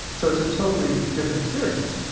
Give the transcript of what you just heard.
so it's a totally different experience.